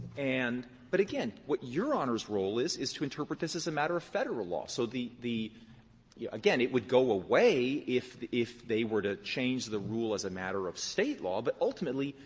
and but, again, what your honor's role is is to interpret this as a matter of federal law. so the the yeah again, it would go away if if they were to change the rule as a matter of state law. but ultimately,